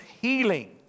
healing